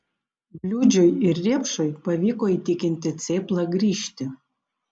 bliūdžiui ir riepšui pavyko įtikinti cėplą grįžti